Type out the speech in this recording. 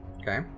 okay